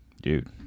dude